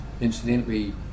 incidentally